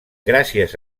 gràcies